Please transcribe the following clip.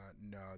no